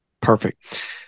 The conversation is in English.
Perfect